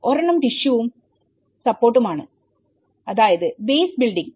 ഒരെണ്ണം ടിഷ്യൂ വും സപ്പോർട്ട് ഉം ആണ് അതായത് ബേസ് ബിൽഡിംഗ്